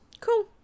Cool